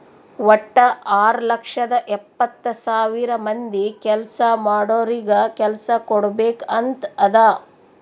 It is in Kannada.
ವಟ್ಟ ಆರ್ ಲಕ್ಷದ ಎಪ್ಪತ್ತ್ ಸಾವಿರ ಮಂದಿ ಕೆಲ್ಸಾ ಮಾಡೋರಿಗ ಕೆಲ್ಸಾ ಕುಡ್ಬೇಕ್ ಅಂತ್ ಅದಾ